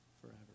forever